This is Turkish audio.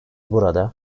burada